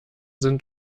sind